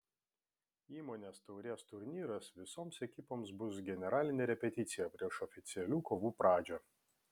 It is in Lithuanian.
įmonės taurės turnyras visoms ekipoms bus generalinė repeticija prieš oficialių kovų pradžią